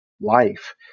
life